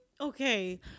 Okay